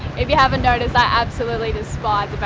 if you haven't noticed i absolutely despise